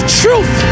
truth